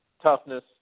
toughness